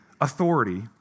authority